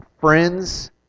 friends